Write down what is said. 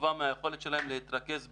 טובה מהיכולת שלהם להתרכז בכיתה,